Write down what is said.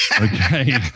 Okay